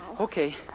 Okay